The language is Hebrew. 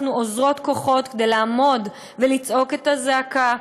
אוזרות כוחות כדי לעמוד ולזעוק את הזעקה,